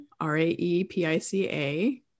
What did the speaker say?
R-A-E-P-I-C-A